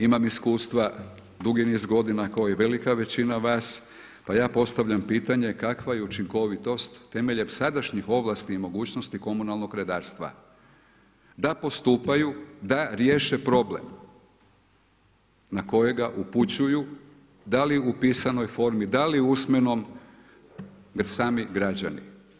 E sada, imam iskustva dugi niz godina kao i velika većina vas, pa ja postavljam pitanje kakva je učinkovitost temeljem sadašnjih ovlasti i mogućnosti komunalnog redarstva da postupaju, da riješe problem na kojega upućuju da li u pisanoj formi, da li u usmenom jer sami građani.